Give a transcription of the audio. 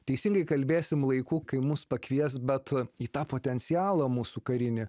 teisingai kalbėsim laiku kai mus pakvies bet į tą potencialą mūsų karinį